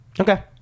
Okay